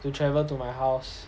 to travel to my house